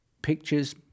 pictures